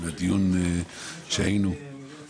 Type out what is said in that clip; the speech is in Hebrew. ממש